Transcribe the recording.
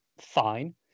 fine